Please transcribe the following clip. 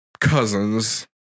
cousins